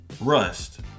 Rust